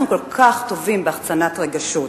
אנחנו כל כך טובים בהחצנת רגשות,